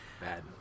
Bad